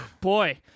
Boy